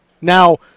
Now